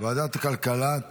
ועדת הכלכלה.